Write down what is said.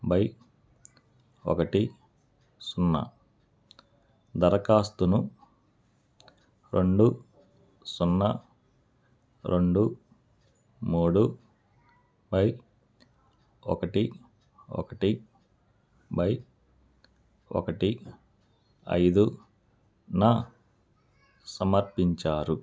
by ఒకటి సున్నా దరఖాస్తును రెండు సున్నా రెండు మూడు బై ఒకటి ఒకటి బై ఒకటి ఐదున సమర్పించారు